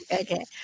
Okay